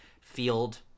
Field